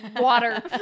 water